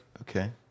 okay